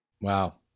wow